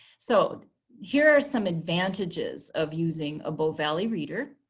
so here are some advantages of using a bow valley reader.